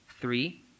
Three